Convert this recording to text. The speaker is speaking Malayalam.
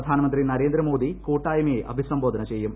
പ്രധാനമന്ത്രി നരേന്ദ്രമോദി കൂട്ടായ്മയെ അഭിസംബോധന ചെയ്യും